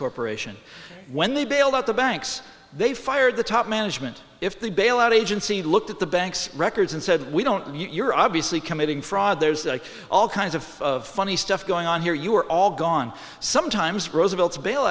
corporation when they bailed out the banks they fired the top management if the bailout agency looked at the bank's records and said we don't you're obviously committing fraud there's all kinds of of funny stuff going on here you are all gone sometimes roosevelt's bail